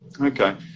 Okay